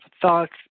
thoughts